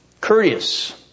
Courteous